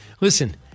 Listen